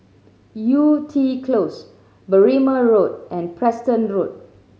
Yew Tee Close Berrima Road and Preston Road